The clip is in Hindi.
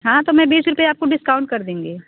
हाँ तो मैं बीस रुपये आपको डिस्काउंट कर देंगे